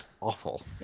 Awful